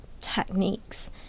techniques